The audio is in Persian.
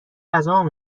غذامو